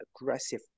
aggressive